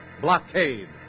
Blockade